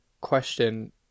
question